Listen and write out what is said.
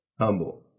humble